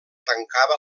tancava